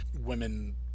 women